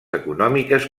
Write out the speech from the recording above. econòmiques